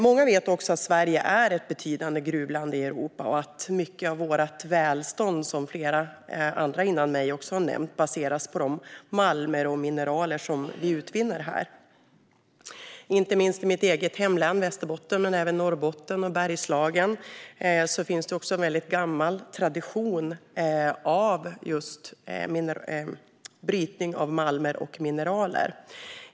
Många vet att Sverige är ett betydande gruvland i Europa och att mycket av vårt välstånd baseras på de malmer och mineraler som vi utvinner här, vilket flera före mig har nämnt. Inte minst i mitt hemlän Västerbotten men också i Norrbotten och Bergslagen finns en gammal tradition av brytning av malmer och mineraler.